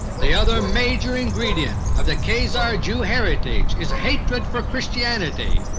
the other major ingredient of the khazar jew heritage is hatred for christianity,